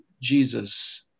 Jesus